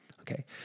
Okay